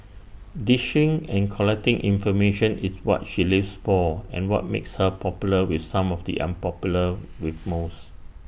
dishing and collecting information is what she lives for and what makes her popular with some of the unpopular with most